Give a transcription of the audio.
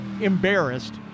embarrassed